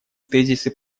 тезисы